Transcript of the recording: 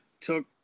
took